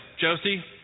Josie